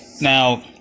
Now